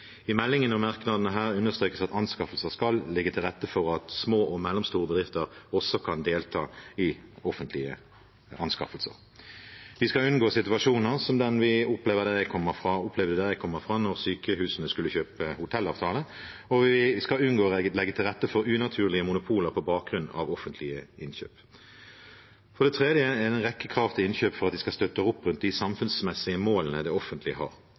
I meldingen og merknadene her understrekes det at anskaffelser skal legge til rette for at små og mellomstore bedrifter også kan delta i offentlige anskaffelser. Vi skal unngå situasjoner som den vi opplevde der jeg kommer fra, da sykehusene skulle kjøpe hotellavtale, og vi skal unngå å legge til rette for unaturlige monopoler på bakgrunn av offentlige innkjøp. For det tredje er det en rekke krav til innkjøp om at de skal støtte opp rundt de samfunnsmessige målene det offentlige har.